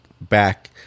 back